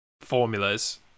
formulas